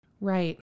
Right